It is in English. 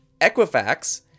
equifax